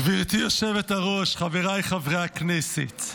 גברתי היושבת-ראש, חבריי חברי הכנסת,